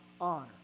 honor